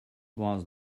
was